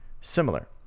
similar